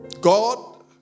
God